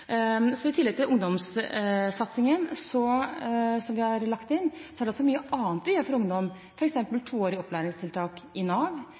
Så i tillegg til ungdomssatsingen som vi har lagt inn, er det mye annet vi gjør for ungdom, f.eks. toårig opplæringstiltak i Nav,